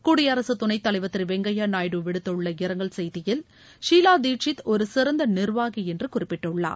குடியரசுத் துணைத் தலைவர் திரு வெங்கைய்யா நாயுடு விடுத்துள்ள இரங்கல் செய்தியில் ஷீலா தீட்ஷீத் ஒரு சிறந்த நிர்வாகி என்று குறிப்பிட்டுள்ளார்